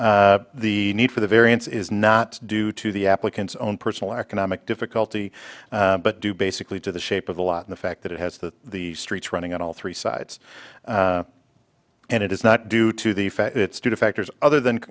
lot the need for the variance is not due to the applicant's own personal economic difficulty but do basically to the shape of the lot in the fact that it has that the streets running on all three sides and it is not due to the fact that stupid factors other than